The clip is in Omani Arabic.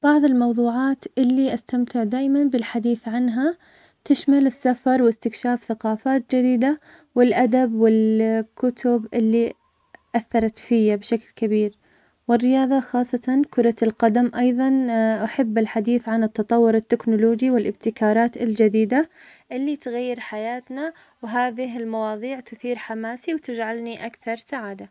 بعض الموضوعات اللي أستمتع دايماً بالحديث عنها, تشمل السفر, واستكشاف ثقافات جديدة, والأدب, وال كتب اللي أثرت فيا بشكل كبير, والرياضة, خاصة كرة القدم, أيضاً أحب الحديث عن التطور التكنولوجي والإبتكارات الجديدة, اللي تغير حياتنا, وهذه المواضيع تثير حماسي, وتجعلني أكثر سعادة.